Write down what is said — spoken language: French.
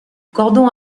cordon